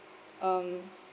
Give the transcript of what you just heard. um